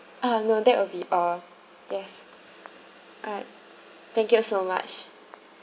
um no that will be all yes alright thank you so much